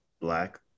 Black